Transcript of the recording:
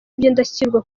by’indashyikirwa